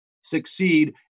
succeed